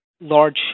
large